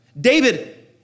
David